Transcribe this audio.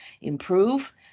improve